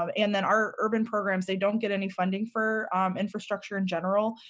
um and then our urban programs they don't get any funding for infrastructure in general.